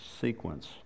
sequence